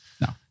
no